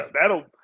that'll